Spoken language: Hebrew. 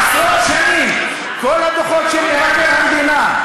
עשרות שנים כל הדוחות של המדינה,